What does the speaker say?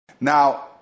Now